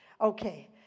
Okay